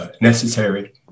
Necessary